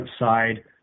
outside